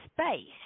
space